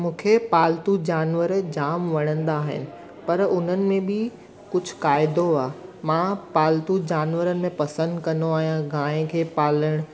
मूंखे पालतू जानवर जामु वणंदा आहिनि पर उन्हनि में बि कुझु क़ाइदो आहे मां पालतू जानवरनि में पसंदि कंदो आहियां गांइ खे पालणु